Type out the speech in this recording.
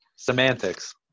Semantics